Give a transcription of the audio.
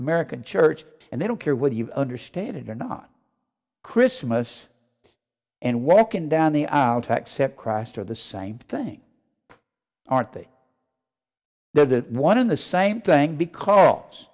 american church and they don't care whether you understand it or not christmas and walking down the aisle to accept christ are the same thing aren't they the one in the same thing because